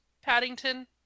Paddington